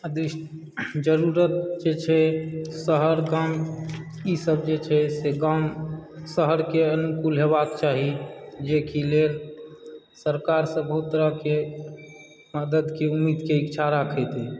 जरुरत जे छै शहर गाम ईसभ जे छै गाम शहरके अनुकूल हेबाक चाही जेकि लेल सरकारसँ बहुत तरहकेँ मददके उम्मीदके इच्छा राखैत अछि